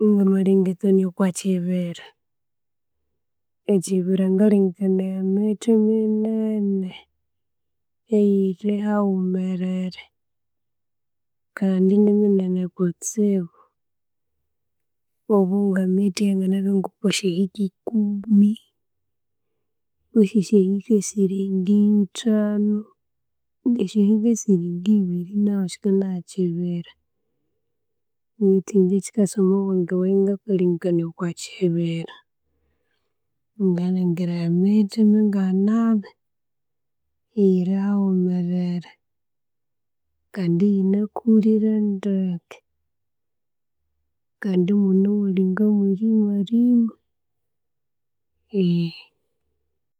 Ngamalengekania okwa'kibiira, ekibiira ngalengekanaya emiithi minene eyiri haghumerere kandi inimineene kutsibu, obu nge'emithi eya nganabya okwa syahiika ekuumi kwesi esyahiika esiri ngii ithanu, kwesi esyahiika esiri ngii ebiiri nasyo sikanabya ekibiira. Beithu ingye echikaasa omwa bwenge bwaghi ngaka lengekania okwa kibiira ngalhangira emithi minganabi eyiri haghumerere kandi iyanakhulire ndeke, kandi immune owaali nga mwirimarima.